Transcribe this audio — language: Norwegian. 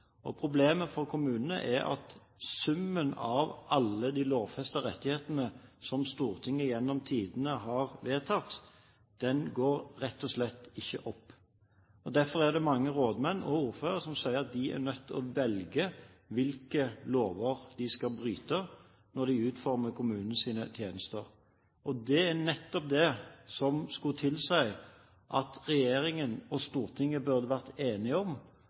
Problemet for kommunene er at summen av alle de lovfestede rettighetene som Stortinget gjennom tidene har vedtatt, rett og slett ikke går opp. Derfor er det mange rådmenn og ordførere som sier at de er nødt til å velge hvilke lover de skal bryte, når de utformer kommunens tjenester. Det er nettopp det som skulle tilsi at regjeringen og Stortinget burde vært enige om